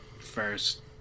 first